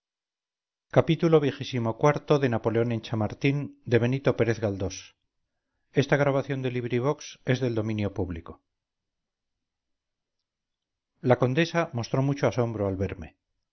xxvii xxviii xxix napoleón en chamartín de benito pérez galdós la condesa mostró mucho asombro al verme